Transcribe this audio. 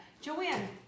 Joanne